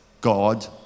God